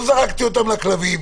לא זרקתי אותם לכלבים,